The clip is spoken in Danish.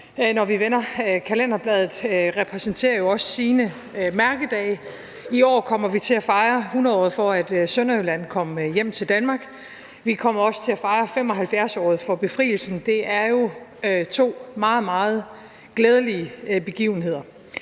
når vi vender kalenderbladet, jo også repræsenterer sine mærkedage. I år kommer vi til at fejre hundredåret for, at Sønderjylland kom hjem til Danmark. Vi kommer også til at fejre 75-året for befrielsen. Det er jo to meget, meget glædelige begivenheder.